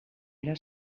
era